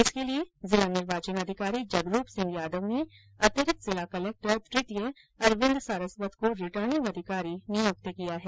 इसके लिए जिला निर्वाचन अधिकारी जगरूप सिंह यादव ने अतिरिक्त जिला कलक्टर तृतीय अरविन्द सारस्वत को रिटर्निंग अधिकारी नियुक्त किया है